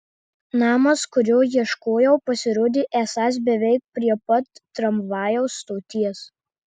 namas kurio ieškojau pasirodė esąs beveik prie pat tramvajaus stoties